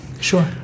sure